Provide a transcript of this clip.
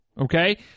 Okay